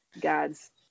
God's